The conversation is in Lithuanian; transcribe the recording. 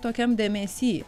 tokiam dėmesy